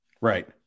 Right